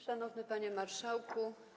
Szanowny Panie Marszałku!